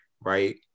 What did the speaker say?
right